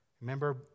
Remember